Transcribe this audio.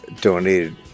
donated